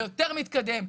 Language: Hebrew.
ליותר מתקדם,